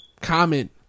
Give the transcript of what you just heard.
Comment